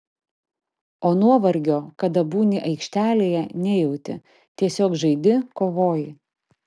o nuovargio kada būni aikštelėje nejauti tiesiog žaidi kovoji